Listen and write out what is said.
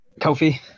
kofi